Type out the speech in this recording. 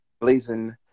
Blazing